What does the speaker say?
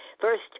First